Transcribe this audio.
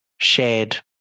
shared